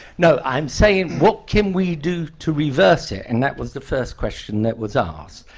no, i am saying, what can we do to reverse it? and that was the first question that was asked.